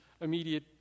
immediate